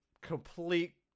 Complete